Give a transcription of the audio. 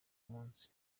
k’umunsi